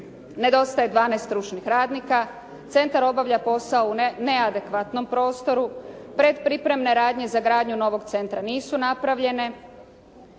Nedostaje 12 stručnih radnika, centar obavlja posao u neadekvatnom prostoru, predpripremne radnje za gradnju novog centra nisu napravljene